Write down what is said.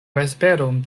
vesperon